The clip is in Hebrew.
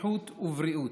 בטיחות ובריאות.